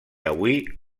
avui